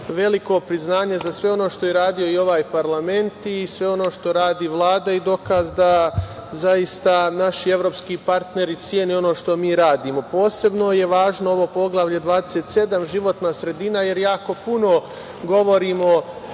veliko priznanje za sve ono što je radio i ovaj parlament i sve ono što radi Vlada i dokaz da zaista naši evropski partneri cene ono što mi radimo. Posebno je važno ovo Poglavlje 27 - životna sredina, jer jako puno govorimo